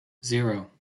zero